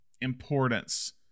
importance